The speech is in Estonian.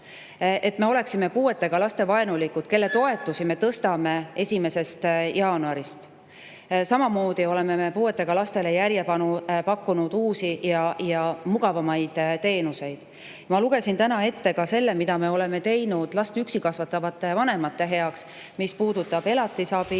perede või puuetega laste suhtes vaenulikud, kelle toetusi me tõstame alates 1. jaanuarist. Samamoodi oleme puuetega lastele järjepanu pakkunud uusi ja mugavamaid teenuseid. Ma lugesin täna ette ka selle, mida oleme teinud last üksi kasvatavate vanemate heaks, mis puudutab elatisabi,